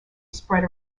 spread